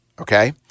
Okay